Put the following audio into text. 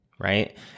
Right